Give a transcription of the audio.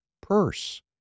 purse